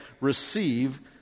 Receive